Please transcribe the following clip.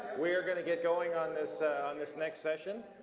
we are gonna get going on this on this next session.